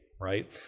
right